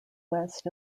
west